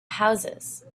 houses